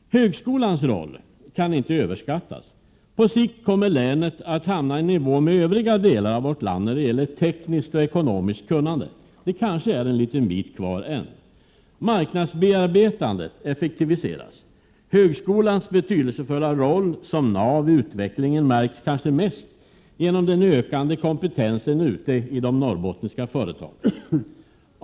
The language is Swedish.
Högskolans roll kan inte överskattas. På sikt kommer länet att hamna i nivå med övriga delar av vårt land när det gäller tekniskt och ekonomiskt kunnande. Men det kanske är en liten bit kvar än. Marknadsbearbetandet effektiviseras. Högskolans betydelsefulla roll som nav i utvecklingen märks kanske mest genom den ökande kompetensen ute i de norrbottniska företagen.